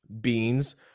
beans